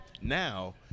now